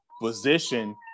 position